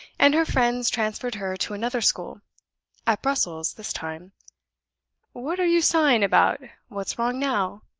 and her friends transferred her to another school at brussels, this time what are you sighing about? what's wrong now?